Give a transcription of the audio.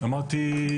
אמרתי,